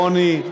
רוני,